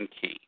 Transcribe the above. key